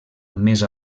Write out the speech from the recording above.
més